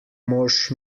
mož